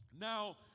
Now